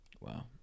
Wow